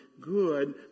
good